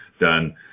done